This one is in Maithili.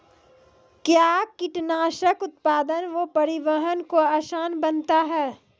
कया कीटनासक उत्पादन व परिवहन को आसान बनता हैं?